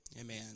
Amen